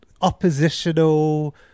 oppositional